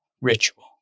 ritual